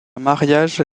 mariage